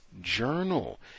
journal